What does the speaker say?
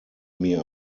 mir